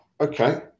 Okay